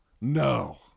No